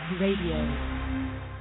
Radio